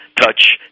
touch